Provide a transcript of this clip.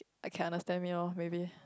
I can understand me lor maybe